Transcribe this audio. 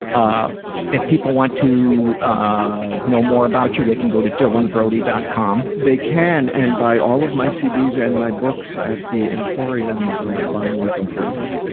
ah if people want to, ah, know more about you, they can go to dylanbrody. com. they can, and buy all of my cds and my books at the emporium of fine words and phrases.